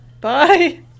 Bye